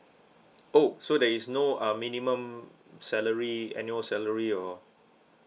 oh so there is no uh minimum salary annual salary or